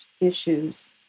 issues